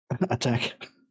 attack